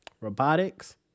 robotics